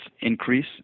increase